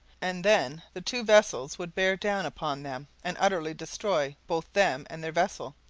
and then the two vessels would bear down upon them and utterly destroy both them and their vessel.